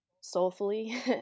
soulfully